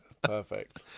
perfect